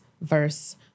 verse